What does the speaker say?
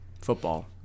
Football